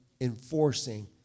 enforcing